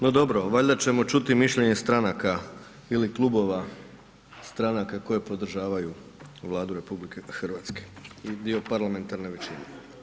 No, dobro valjda ćemo čuti mišljenje stranka ili klubova stranaka koje podržavaju Vladu RH, dio parlamentarne većine.